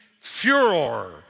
furor